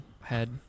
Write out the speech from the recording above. head